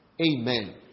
Amen